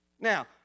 Now